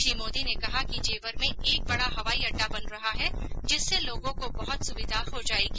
श्री मोदी ने कहा कि जेवर में एक बड़ा हवाई अड्डा बन रहा है जिससे लोगों को बहुत सुविधा हो जाएगी